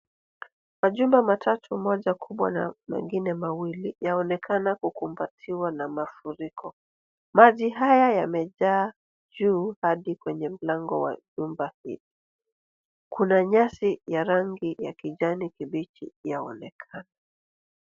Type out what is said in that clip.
Majumba matatu moja kubwa na mengine mawili yaonekana kukumbatiwa na mafuriko. Maji haya yamejaa juu hadi kwenye mlango wa nyumba hii. Kuna nyasi ya rangi ya kijani kibichi yaonekana.